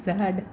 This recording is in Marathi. जहाड